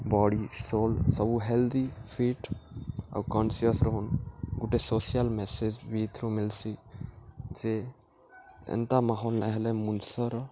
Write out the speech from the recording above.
ବଡ଼ି soul ସବୁ healthy fit ଆଉ conscious ରହୁନ୍ ଗୋଟେ ସୋସିଆଲ୍ ମେସେଜ୍ ବି ଇଥିରୁ ମିଲ୍ସି ଯେ ଏନ୍ତା ମାହୋଲ ନାଇଁ ହେଲେ ମୁନଷ୍ର